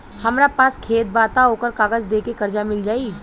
हमरा पास खेत बा त ओकर कागज दे के कर्जा मिल जाई?